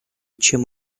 чем